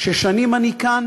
ששנים אני כאן